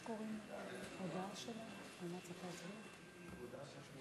הצעת ועדת הכנסת להעביר את הצעת חוק הרשויות